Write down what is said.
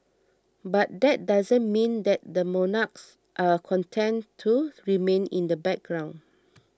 but that doesn't mean that the monarchs are content to remain in the background